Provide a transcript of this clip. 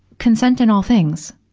consent in all things,